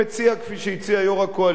כפי שהציע יושב-ראש הקואליציה,